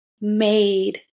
made